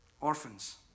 Orphans